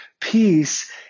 Peace